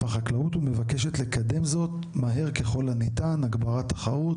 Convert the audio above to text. החקלאות ומבקשת לקדם זאת מהר ככל הניתן להגברת תחרות,